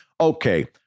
Okay